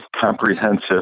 comprehensive